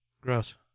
Gross